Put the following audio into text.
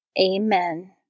Amen